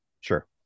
Sure